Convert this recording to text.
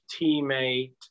teammate